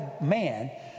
man